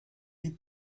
die